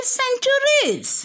centuries